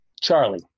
Charlie